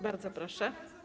Bardzo proszę.